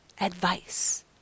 advice